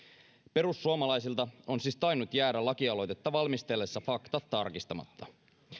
perussuomalaisilta on siis tainnut jäädä lakialoitetta valmisteltaessa faktat tarkistamatta